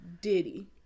Diddy